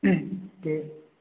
दे